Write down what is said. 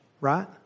right